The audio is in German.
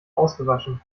ausgewaschen